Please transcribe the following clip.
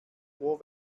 ohr